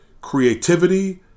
creativity